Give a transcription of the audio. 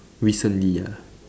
recently ah